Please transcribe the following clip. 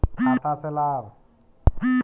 खाता से लाभ?